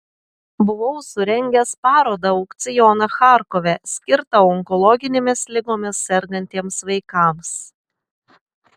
buvau surengęs parodą aukcioną charkove skirtą onkologinėmis ligomis sergantiems vaikams